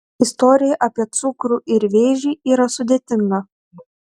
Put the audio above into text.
istorija apie cukrų ir vėžį yra sudėtinga